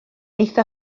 eitha